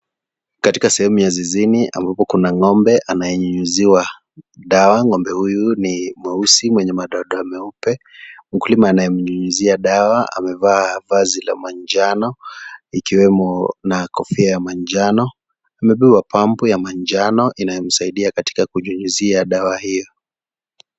Katika sehemu ya zizini ambapo kuna ng'ombe anayenyunyiziwa dawa. Ng'ombe huyu ni mweusi na madoadoa meupe. Mkulima anayemnyunyizia dawa amevaa vazi la manjano ikiwemo na kofia ya manjano. Amebeba pampu ya manjano inayomsaidia katika kunyunyizia dawa hiyo.